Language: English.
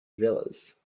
villas